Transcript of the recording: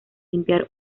limpiar